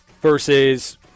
versus